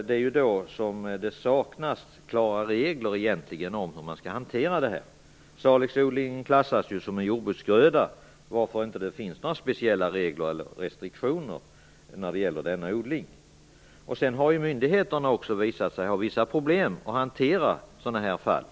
Det är då som klara regler saknas för hur man skall hantera problemet. Salixodlingen klassas ju som en jordbruksgröda, varför det inte finns några speciella regler eller restriktioner när det gäller denna odling. Det har också visat sig att myndigheterna har vissa problem att hantera sådana här fall.